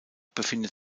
befindet